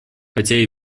хотя